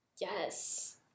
Yes